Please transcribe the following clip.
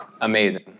amazing